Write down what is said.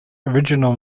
original